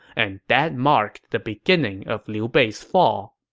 and that marked the beginning of liu bei's fall